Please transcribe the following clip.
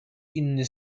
inny